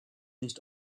nicht